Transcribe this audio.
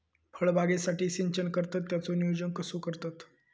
फळबागेसाठी सिंचन करतत त्याचो नियोजन कसो करतत?